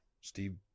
Steve